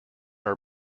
are